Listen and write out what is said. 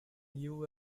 you